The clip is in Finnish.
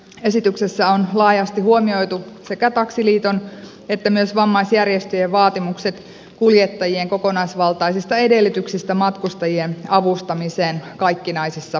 esityksessä on laajasti huomioitu sekä taksiliiton että myös vammaisjärjestöjen vaatimukset kuljettajien kokonaisvaltaisista edellytyksistä matkustajien avustamiseen kaikkinaisissa tilanteissa